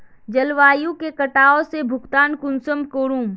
जलवायु के कटाव से भुगतान कुंसम करूम?